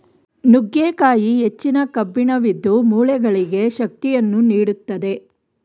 ನುಗ್ಗೆಕಾಯಿ ಹೆಚ್ಚಿನ ಕಬ್ಬಿಣವಿದ್ದು, ಮೂಳೆಗಳಿಗೆ ಶಕ್ತಿಯನ್ನು ನೀಡುತ್ತದೆ